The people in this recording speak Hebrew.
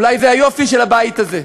אולי זה היופי של הבית הזה,